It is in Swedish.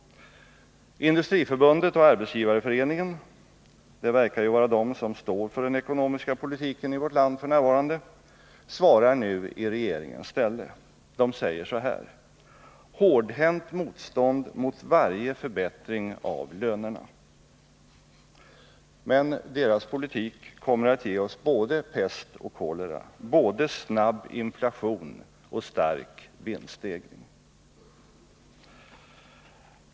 Industriförbundet och Arbetsgivareföreningen — det verkar ju vara de som står för den ekonomiska politiken i vårt land f. n. —- svarar nu i regeringens ställe. De säger: Hårdhänt motstånd mot varje förbättring av lönerna. Men deras politik kommer att ge oss både pest och kolera, både snabb inflation och stark vinststegring.